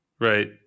right